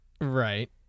right